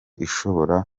ishobora